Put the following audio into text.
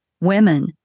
women